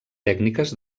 tècniques